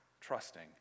trusting